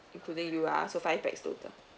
including you ah so five pax total